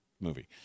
movie